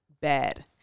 bad